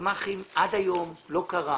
הגמ"חים, עד היום לא קרה